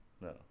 No